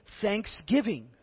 thanksgiving